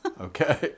Okay